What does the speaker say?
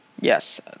Yes